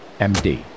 MD